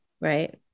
right